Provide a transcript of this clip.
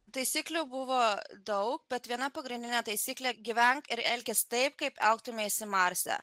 taisyklių buvo daug bet viena pagrindinė taisyklė gyvenk ir elkis taip kaip elgtumeisi marse